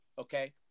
Okay